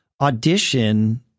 audition